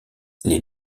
les